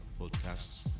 podcasts